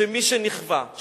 שמי שנכווה,